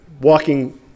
walking